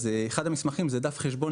אחד המסמכים הוא דף חשבון